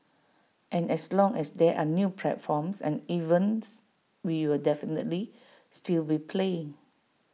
and as long as there are new platforms and events we will definitely still be playing